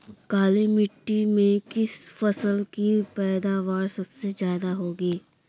काली मिट्टी में किस फसल की पैदावार सबसे ज्यादा होगी?